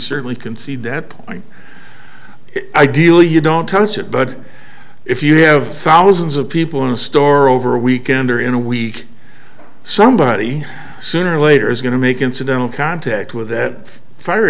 certainly concede that point ideally you don't touch it but if you have thousands of people in a store over a weekend or in a week somebody sooner or later is going to make incidental contact with that fire